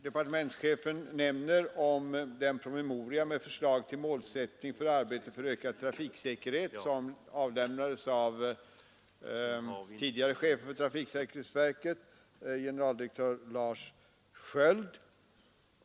Departementschefen nämner den promemoria med förslag till målsättning för arbetet för ökad trafiksäkerhet som avlämnades av den tidigare chefen för trafiksäkerhetsverket generaldirektör Lars Skiöld.